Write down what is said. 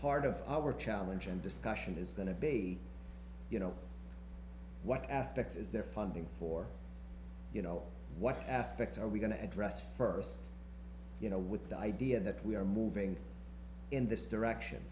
part of our challenge and discussion is going to be you know what aspects is there funding for you know what aspects are we going to address first you know with the idea that we are moving in this direction